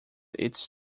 its